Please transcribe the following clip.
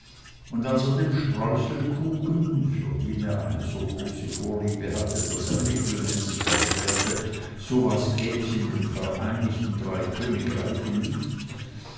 und als er dem streuselkuchen für den er eine so große vorliebe hatte daß er regelmäßig erklärte so was gäb es in den vereinigten drei königreichen nicht